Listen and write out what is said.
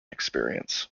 experience